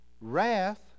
wrath